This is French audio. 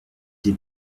des